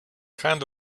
kind